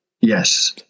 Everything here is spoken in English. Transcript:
Yes